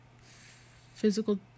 physical